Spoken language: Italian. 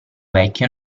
vecchio